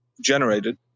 generated